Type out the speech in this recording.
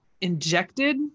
injected